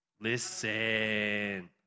Listen